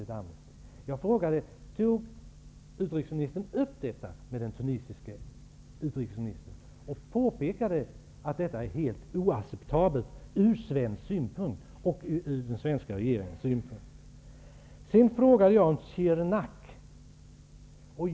Tog utrikesministern upp detta med den tunisiske utrikesministern och påpekade att det här är helt oacceptabelt ur svensk och den svenska regeringens synpunkt? Jag ställde också en fråga om Sirnak.